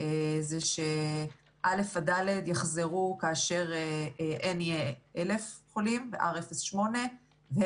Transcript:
זה שכיתות א'-ד' יחזרו כאשר N יהיה 1,000 חולים ו-R יהיה 0.8. בכיתות